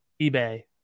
eBay